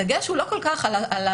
הדגש הוא לא כל כך על הזמן,